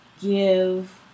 give